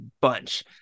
bunch